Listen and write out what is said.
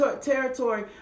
territory